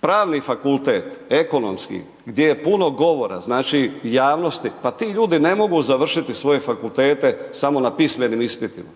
Pravni fakultet, Ekonomski gdje je puno govora, znači, javnosti pa ti ljudi ne mogu završiti svoje fakultete samo na pismenim ispitima,